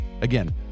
Again